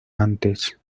antes